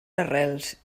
arrels